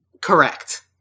Correct